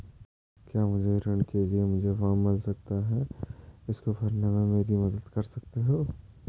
क्या मुझे ऋण के लिए मुझे फार्म मिल सकता है इसको भरने में मेरी मदद कर सकते हो?